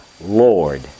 Lord